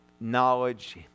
knowledge